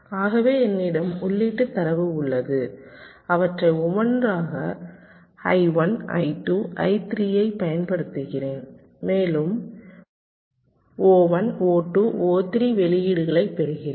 ஆகவே என்னிடம் உள்ளீட்டுத் தரவு உள்ளது அவற்றை ஒவ்வொன்றாக I1 I2 I3 ஐப் பயன்படுத்துகிறேன் மேலும் O1 O2 O3 வெளியீடுகளைப் பெறுகிறேன்